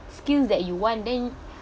skills that you want then